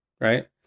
right